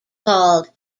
called